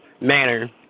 manner